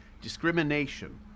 discrimination